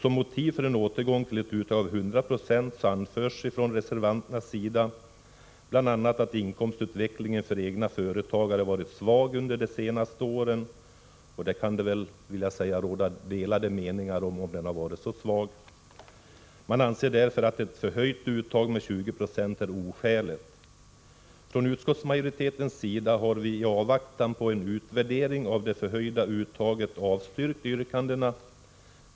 Som motiv för en återgång till ett uttag på 100 96 anförs från reservanternas sida bl.a. att inkomstutvecklingen för egna företagare varit svag under de senaste åren, något som det väl kan råda delade meningar om. Reservanterna anser att ett förhöjt uttag med 20 90 är oskäligt. Från utskottsmajoritetens sida har vi, i avvaktan på en utvärdering av det förhöjda uttaget, avstyrkt yrkandet.